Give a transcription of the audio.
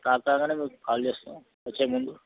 stock రాగానే మీకు call చేస్తాం వచ్చేముందు